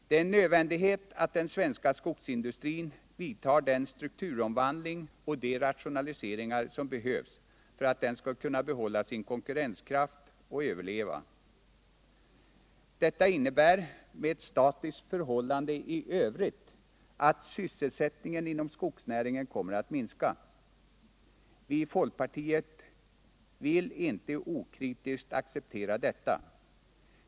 Det är en nödvändighet att den svenska skogsindustrin vidtar den strukturomvandling och de rationaliseringar som behövs för att den skall kunna behålla sin konkurrenskraft och överleva. Detta innebär med ett statiskt förhållande i övrigt att sysselsättningen inom skogsnäringen kommer att minska. Vi i folkpartiet vill inte okritiskt acceptera detta.